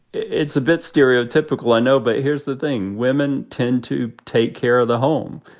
it's a bit stereotypical. i know. but here's the thing. women tend to take care of the home.